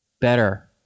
better